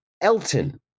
Elton